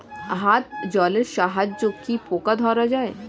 হাত জলের সাহায্যে কি পোকা ধরা যায়?